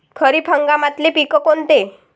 खरीप हंगामातले पिकं कोनते?